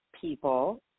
people